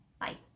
Bye